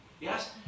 Yes